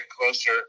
closer